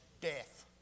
death